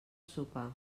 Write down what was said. sopar